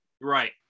Right